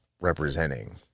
representing